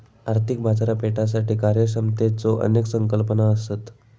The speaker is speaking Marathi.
आर्थिक बाजारपेठेसाठी कार्यक्षमतेच्यो अनेक संकल्पना असत